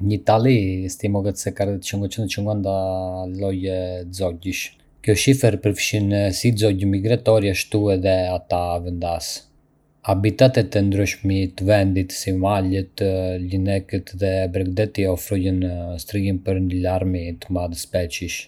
Në Itali, estimohet se ka rreth cinquecentocinquanta lloje zogjsh. Kjo shifër përfshin si zogj migratorë ashtu edhe ata vendas. Habitatet e ndryshme të vendit, si malet, liqenet dhe bregdeti, ofrojnë strehim për një larmi të madhe specish.